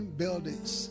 buildings